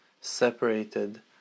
separated